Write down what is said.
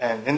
and in